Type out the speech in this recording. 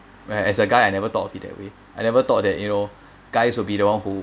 where as a guy I never thought of it that way I never thought that you know guys will be the one who